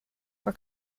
for